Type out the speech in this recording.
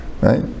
right